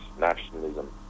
Nationalism